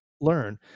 learn